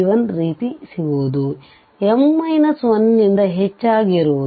b1ರೀತಿ ಸಿಗುವುದು m 1ನಿಂದ ಹೆಚ್ಚಾಗಿರುವುದು